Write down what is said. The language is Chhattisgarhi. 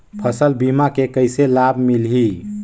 फसल बीमा के कइसे लाभ मिलही?